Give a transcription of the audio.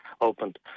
opened